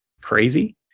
crazy